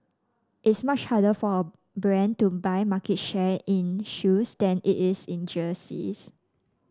it's much harder for a brand to buy market share in shoes than it is in jerseys